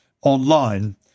online